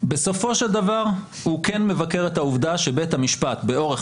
בסופו של דבר הוא כן מבקר את העובדה שבית המשפט לאורך